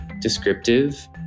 descriptive